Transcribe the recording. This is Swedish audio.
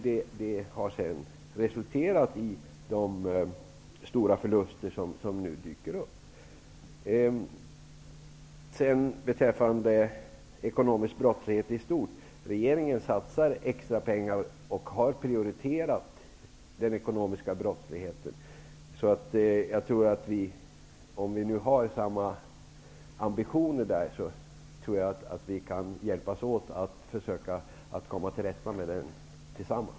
Detta har sedan resulterat i de stora förluster som nu dyker upp. Beträffande ekonomisk brottslighet i stort vill jag säga att regeringen satsar extra pengar och har prioriterat bekämpningen av den ekonomiska brottsligheten. Om vi har samma ambitioner, tror jag att vi kan hjälpas åt för att tillsammans komma till rätta med den.